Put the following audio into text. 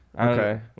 Okay